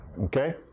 Okay